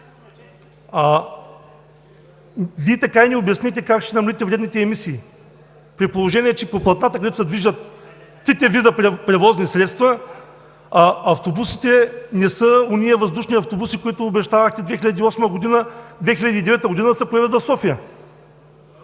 Вие така и не обяснихте как ще намалите вредните емисии, при положение че по платната, където се движат трите вида превозни средства, автобусите не са онези въздушни автобуси, които обещавахте 2008 – 2009 г. да се появят в София.